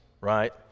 right